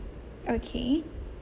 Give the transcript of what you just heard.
okay